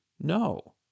no